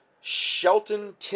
Shelton